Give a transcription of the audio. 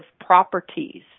properties